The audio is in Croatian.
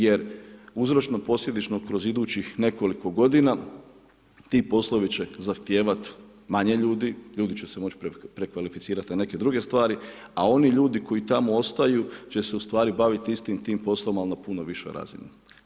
Jer uzročno posljedično, kroz idućih nekoliko g. ti poslovi će zahtijevati manje ljudi, ljudi će se moći prekvalificirati na neke druge stvari, a oni ljudi, koji tamo ostaju, će se ustvari baviti istim tim poslom ali na puno višoj razini.